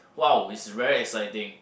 !wow! it's very exciting